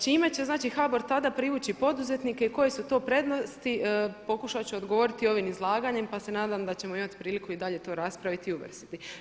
Čime će znači HBOR tada privući poduzetnike i koje su to prednosti pokušat ću odgovoriti ovim izlaganjem pa se nadam da ćemo imati priliku i dalje to raspraviti i uvrstiti.